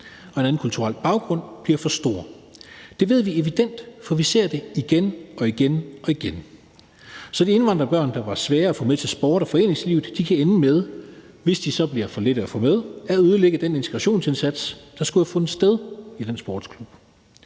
og en anden kulturel baggrund bliver for stor. Det er der evidens for, for vi ser det igen og igen. Så de indvandrerbørn, der var svære at få med til sport og foreningsliv, kan ende med, hvis de så bliver for lette at få med, at ødelægge den integrationsindsats, der skulle have fundet sted i den sportsklub.